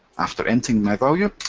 after entering my value,